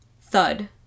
thud